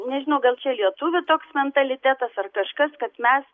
nežinau gal čia lietuvių toks mentalitetas ar kažkas kad mes